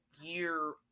year